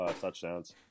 touchdowns